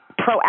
proactive